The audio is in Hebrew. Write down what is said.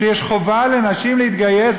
שיש חובה לנשים להתגייס,